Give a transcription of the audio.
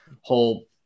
whole